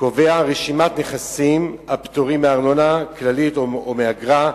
קובעת רשימת נכסים הפטורים מארנונה כללית או מאגרה.